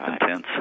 intense